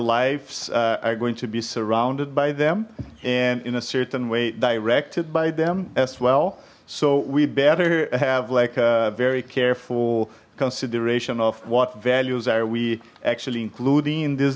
lives are going to be surrounded by them and in a certain way directed by them as well so we better have like a very careful consideration of what values are we actually including